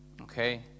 okay